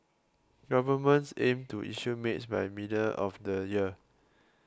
governments aims to issue mid by middle of the year